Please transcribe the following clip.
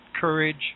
courage